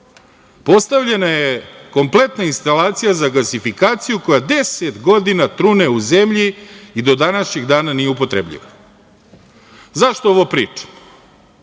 Postavljena je kompletna instalacija za gasifikaciju koja deset godina trune u zemlji i do današnjeg dana nije upotrebljena.Zašto ovo pričam?